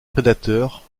prédateur